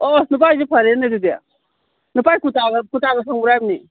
ꯑꯣ ꯅꯨꯄꯥꯒꯤꯁꯨ ꯐꯔꯦꯅꯦ ꯑꯗꯨꯗꯤ ꯅꯨꯄꯥꯒꯤ ꯀꯨꯔꯇꯥꯒ ꯐꯪꯕ꯭ꯔꯥꯃꯤ